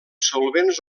solvents